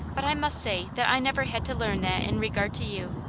but i must say that i never had to learn that in regard to you.